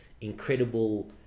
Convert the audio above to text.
incredible